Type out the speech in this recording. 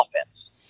offense